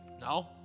No